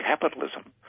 capitalism